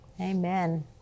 Amen